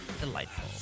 delightful